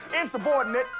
Insubordinate